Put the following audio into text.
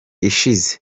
ishize